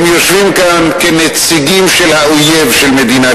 הם יושבים כאן כנציגים של האויב של מדינת